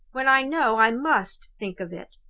when i know i must think of it?